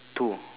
two